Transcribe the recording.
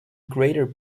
greater